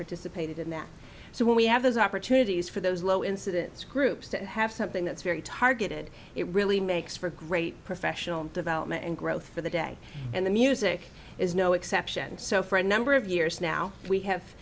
participated in that so when we have those opportunities for those low incidence groups that have something that's very targeted it really makes for great professional development and growth for the day and the music is no exception so for a number of years now we have